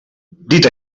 dit